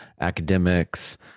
academics